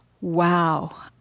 wow